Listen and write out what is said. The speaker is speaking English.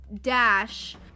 dash